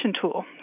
tool